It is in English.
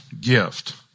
gift